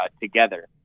together